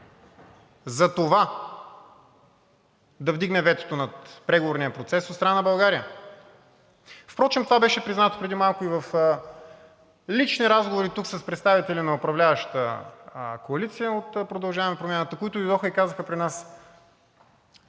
за това да вдигне ветото над преговорния процес от страна на България. Впрочем това беше признато преди малко и в лични разговори тук с представители на представляващата коалиция от „Продължаваме Промяната“, които дойдоха и казаха при нас,